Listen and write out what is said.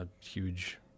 huge